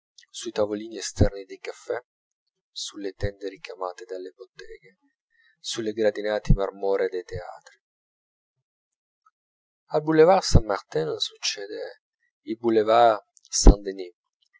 sui tavolini esterni dei caffè sulle tende ricamate delle botteghe sulle gradinate marmoree dei teatri al boulevard saint martin succede il boulevard